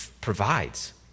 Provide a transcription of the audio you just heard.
provides